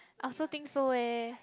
I also think so eh